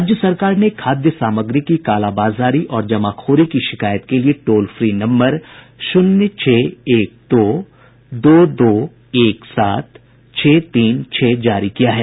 राज्य सरकार ने खाद्य सामाग्री का कालाबाजारी और जामाखोरी की शिकायत के लिये टोल फ्री नम्बर शून्य छह एक दो दो दो एक सात छह तीन छह जारी किया है